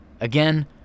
Again